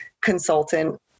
consultant